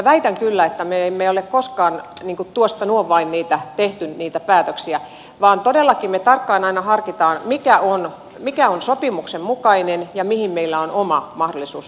väitän kyllä että me emme ole koskaan niin kuin tuosta noin vain tehneet niitä päätöksiä vaan todellakin me tarkkaan aina harkitsemme mikä on sopimuksen mukainen ja mihin meillä on oma mahdollisuus vaikuttaa